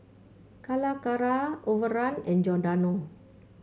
Calacara Overrun and Giordano